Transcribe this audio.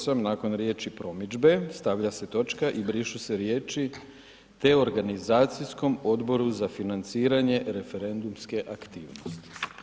8, nakon riječi „promidžbe“ stavlja se točka i brišu se riječi „te organizacijskom Odboru za financiranje referendumske aktivnosti“